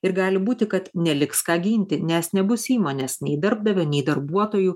ir gali būti kad neliks ką ginti nes nebus įmonės nei darbdavio nei darbuotojų